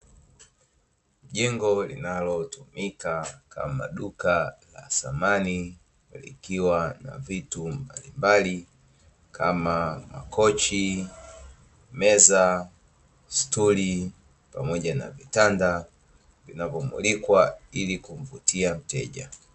Jengo linalotumika kama duka la samani, likiwa na vitu mbalimbali, kama: makochi, meza, stuli pamoja na vitanda, vinavyomulikwa ili kumvutia mteja.